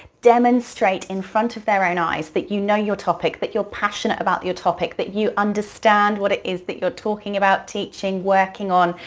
demonstrate in front of their own eyes that you know your topic, that you're passionate about your topic, that you understand what it is that you're talking about, teaching, working on,